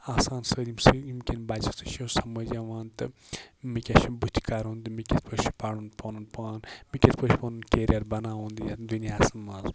آسان سٲلِم سُہ یِم کِنۍ بَچہٕ تہِ چھُ سَمجھ یِوان تہٕ مےٚ کیاہ چھُ بٔتھہِ کَرُن مےٚ کِتھ پٲٹھۍ چھُ پََرُن پَنُن پان بہٕ کِتھ پٲٹھۍ پَنُن کیریر بَناوُن یَتھ دُنیاہَس منٛز